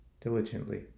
diligently